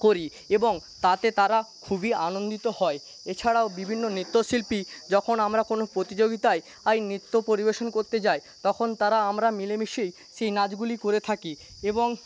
করি এবং তাতে তারা খুবই আনন্দিত হয় এছাড়াও বিভিন্ন নৃত্য শিল্পী যখন আমরা কোন প্রতিযোগিতায় নৃত্য পরিবেশন করতে যায় তখন তারা আমরা মিলে মিশে সেই নাচগুলি করে থাকি এবং